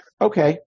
Okay